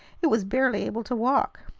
it was barely able to walk.